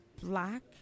black